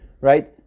Right